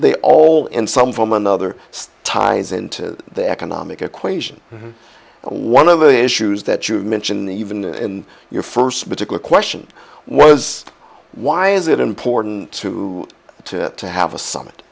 they all in some form or another ties into the economic equation one of the issues that you mentioned even in your first particular question was why is it important to to to have a s